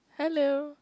hello